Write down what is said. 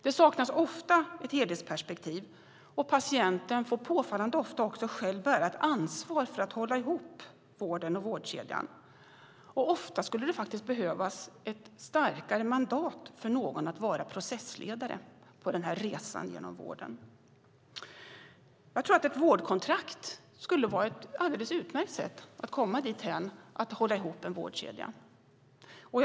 Det saknas ofta ett helhetsperspektiv, och patienten får påfallande ofta också själv bära ett ansvar för att hålla ihop vården och vårdkedjan. Ofta skulle det faktiskt behövas ett starkare mandat för någon att vara processledare på resan genom vården. Jag tror att ett vårdkontrakt skulle vara ett alldeles utmärkt sätt att komma dithän att vårdkedjan hålls ihop.